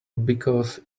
because